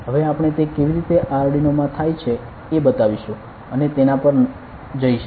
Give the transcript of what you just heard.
હવે આપણે તે કેવી રીતે આરડ્યુનોમાં થાય છે એ બતાવીશું અને તેના પર જઈશું